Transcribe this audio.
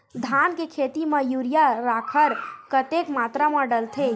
धान के खेती म यूरिया राखर कतेक मात्रा म डलथे?